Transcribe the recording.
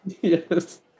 Yes